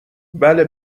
بله